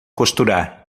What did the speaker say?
costurar